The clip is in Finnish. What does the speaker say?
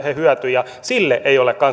he hyötyvät ja ei ole